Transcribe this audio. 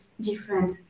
different